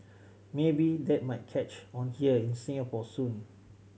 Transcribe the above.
maybe that might catch on here in Singapore soon